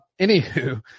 Anywho